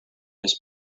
his